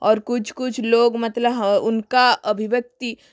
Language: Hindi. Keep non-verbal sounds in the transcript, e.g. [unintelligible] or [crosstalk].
और कुछ कुछ लोग मतलब [unintelligible] उनका अभिव्यक्ति